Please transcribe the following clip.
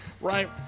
right